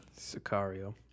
Sicario